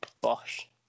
Bosh